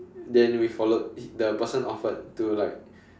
then we followed the person offered to like